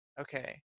okay